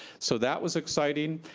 so, that was exciting.